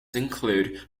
include